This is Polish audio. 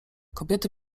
kobiety